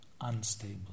unstable